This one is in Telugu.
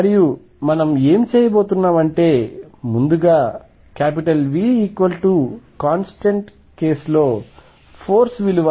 మరియు మనం ఏమి చేయబోతున్నామంటే ముందుగా Vకాంస్టెంట్ కేస్ లో ఫోర్స్ 0